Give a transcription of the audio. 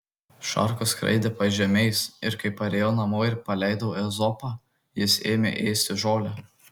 šarkos skraidė pažemiais ir kai parėjau namo ir paleidau ezopą jis ėmė ėsti žolę